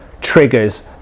triggers